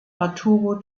arturo